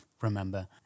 remember